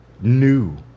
new